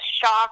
shocked